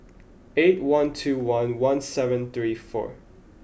eight one two one one seven three four